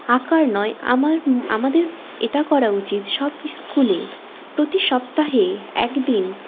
আঁকার নয় আমার আমাদের এটা করা উচিত সব স্কুলে প্রতি সপ্তাহে একদিন